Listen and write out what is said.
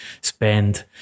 spend